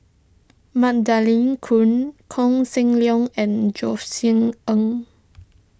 Magdalene Khoo Koh Seng Leong and Josef Ng